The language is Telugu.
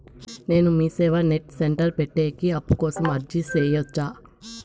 నేను మీసేవ నెట్ సెంటర్ పెట్టేకి అప్పు కోసం అర్జీ సేయొచ్చా?